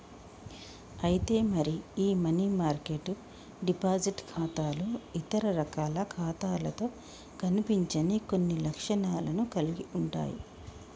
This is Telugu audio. అయితే మరి ఈ మనీ మార్కెట్ డిపాజిట్ ఖాతాలు ఇతర రకాల ఖాతాలతో కనిపించని కొన్ని లక్షణాలను కలిగి ఉంటాయి